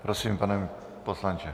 Prosím, pane poslanče.